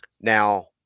Now